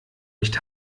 nicht